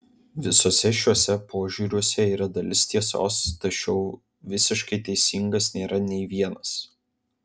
visuose šiuose požiūriuose yra dalis tiesos tačiau visiškai teisingas nėra nei vienas